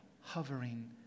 hovering